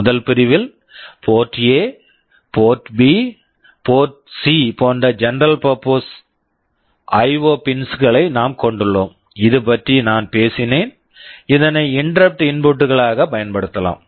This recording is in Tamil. முதல் பிரிவில் port A port A port B port B port C port C போன்ற general purpose general purpose IO IO pins pins களைக் நாம் கொண்டுள்ளோம் இது பற்றி நான் பேசினேன் இதனை இன்டெரப்ட் இன்புட் interrupt input களாக பயன்படுத்தலாம்